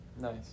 Nice